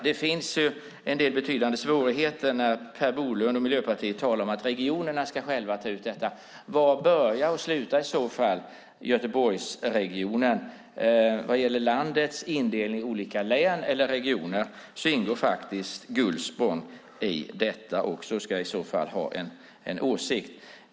Det finns en del betydande svårigheter när Per Bolund och Miljöpartiet talar om att regionerna själva ska fatta beslut. Var börjar och slutar i så fall Göteborgsregionen? Vad gäller landets indelning i olika län eller regioner ingår faktiskt Gullspång, som i så fall också ska få ha en åsikt.